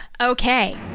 okay